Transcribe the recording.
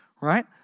right